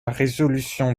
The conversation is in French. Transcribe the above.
résolution